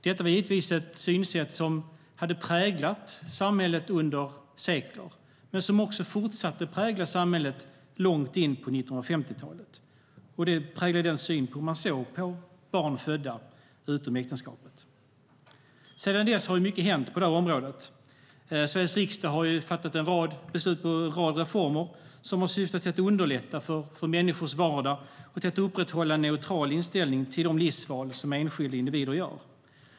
Det var givetvis ett synsätt som hade präglat samhället under sekler och som fortsatte att prägla samhället långt in på 1950-talet. Det visar hur man såg på barn födda utom äktenskapet. Sedan dess har mycket hänt på det området. Sveriges riksdag har fattat beslut om en rad reformer som syftat till att underlätta människors vardag och till att upprätthålla en neutral inställning till de livsval som enskilda individer gör.